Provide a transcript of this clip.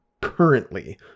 currently